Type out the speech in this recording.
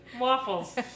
waffles